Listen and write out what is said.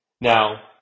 Now